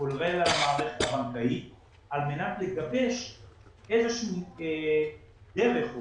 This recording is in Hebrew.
כולל המערכת הבנקאית על מנת לגבש איזושהי דרך או